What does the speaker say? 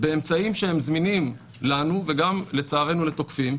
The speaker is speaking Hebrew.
באמצעים שהם זמינים לנו וגם לצערנו לתוקפים,